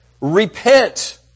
repent